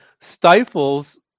stifles